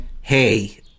hey